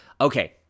Okay